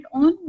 on